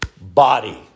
body